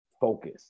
Focus